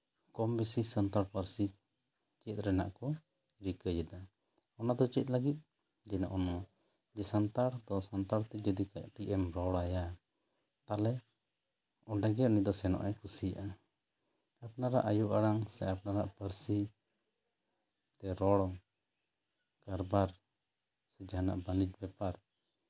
ᱠᱚᱢ ᱵᱮᱥᱤ ᱥᱟᱱᱛᱟᱲ ᱯᱟᱹᱨᱥᱤ ᱪᱮᱫ ᱨᱮᱱᱟᱜ ᱠᱚ ᱨᱤᱠᱟᱹᱭᱮᱫᱟ ᱚᱱᱟᱫᱚ ᱪᱮᱫ ᱞᱟᱹᱜᱤᱫ ᱱᱚᱜᱼᱚ ᱱᱚᱣᱟ ᱥᱟᱱᱛᱟᱲ ᱫᱚ ᱥᱟᱱᱛᱟᱲ ᱛᱮ ᱡᱩᱫᱤ ᱠᱟᱹᱴᱤᱡ ᱮᱢ ᱨᱚᱲ ᱟᱭᱟ ᱛᱟᱦᱚᱞᱮ ᱚᱸᱰᱮᱜᱮ ᱩᱱᱤ ᱫᱚ ᱥᱮᱱᱚᱜᱼᱮ ᱠᱩᱥᱤᱭᱟᱜᱼᱟ ᱟᱯᱱᱟᱨᱟᱜ ᱟᱭᱳ ᱟᱲᱟᱝ ᱥᱮ ᱟᱯᱱᱟᱨᱟᱜ ᱯᱟᱹᱨᱥᱤ ᱛᱮ ᱨᱚᱲ ᱠᱟᱨᱵᱟᱨ ᱥᱮ ᱡᱟᱦᱟᱱᱟᱜ ᱵᱟᱹᱱᱤᱡ ᱵᱮᱯᱟᱨ